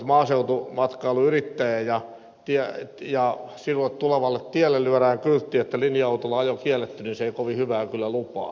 jos olet maaseutumatkailuyrittäjä ja sinulle tulevalle tielle lyödään kyltti linja autolla ajo kielletty niin se ei kovin hyvää kyllä lupaa